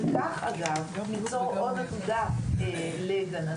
וכך אגב, ניצור עוד עתודה לגננות.